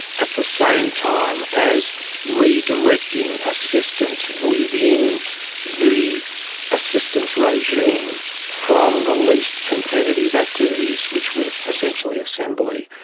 at the same time as redirecting assistance within the assistance regime from the least competitive activities, which were essentially assembly,